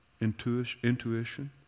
intuition